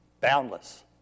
Boundless